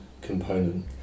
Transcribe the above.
component